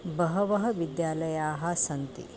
बहवः विद्यालयाः सन्ति